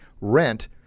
rent